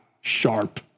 sharp